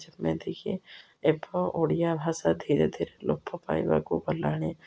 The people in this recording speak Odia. ଯେମିତିକି ଏବେ ଓଡ଼ିଆ ଭାଷା ଧୀରେ ଧୀରେ ଲୋପ ପାଇବାକୁ ଗଲାଣି